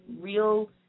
real